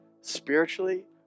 spiritually